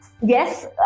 Yes